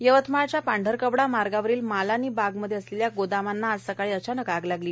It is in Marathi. गोदामांना आग यवतमाळच्या पांढरकवडा मार्गावरील मालानी बागमध्ये असलेल्या गोदामांना आज सकाळी अचानक आग लागली